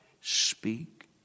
speak